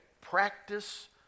practice